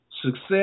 Success